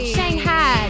Shanghai